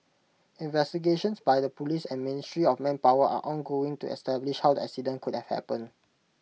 investigations by the Police and ministry of manpower are ongoing to establish how the accident could happened